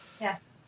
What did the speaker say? yes